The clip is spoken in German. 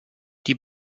die